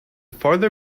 farther